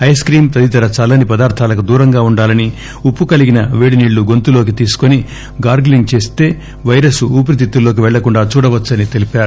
ice cream తదితర చల్లని పదార్గాలకు దూరంగా వుండాలని ఉప్పు కలిపిన పేడినీళ్ళు గొంతులోకి తీసుకొని గార్గిలింగ్ చేస్తే పైరస్ ఊపిరితిత్తుల్లోకి పెళ్చకుండా చూడవచ్చని తెలిపారు